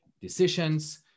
decisions